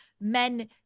men